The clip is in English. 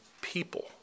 people